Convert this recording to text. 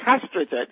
castrated